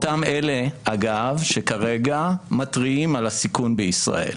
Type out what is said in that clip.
אותם אלה, אגב, שכרגע מתריעים על הסיכון בישראל.